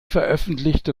veröffentlichte